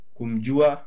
Kumjua